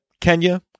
Kenya